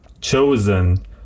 chosen